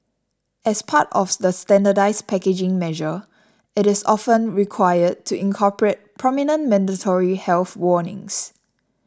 as part of the standardised packaging measure it is often required to incorporate prominent mandatory health warnings